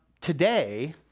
today